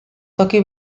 toki